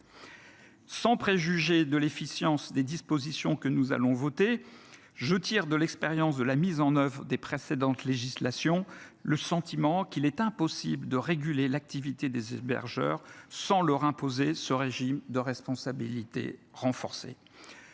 Sans préjuger l’efficacité des dispositions que nous allons voter, je tire de l’expérience de la mise en œuvre des précédentes législations le sentiment qu’il est impossible de réguler l’activité des hébergeurs sans leur imposer ce régime de responsabilité renforcée.